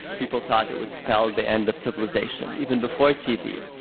people thought it would spell the end of civilization. even before tv,